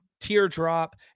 teardrop